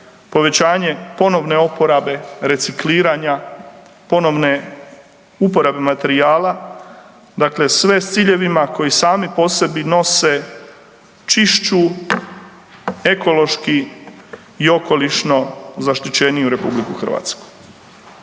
povećanje ponovne uporabe recikliranja, ponovne uporabe materijala, dakle sve s ciljevima koji sami po sebi nose čišću ekološki i okolišno zaštićeniju RH. Hvala